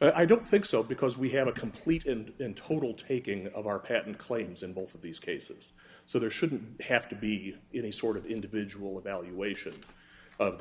i don't think so because we have a complete and total taking of our patent claims in both of these cases so there shouldn't have to be in a sort of individual evaluation of the